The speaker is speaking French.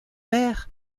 mer